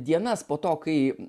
dienas po to kai